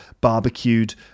barbecued